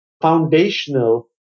foundational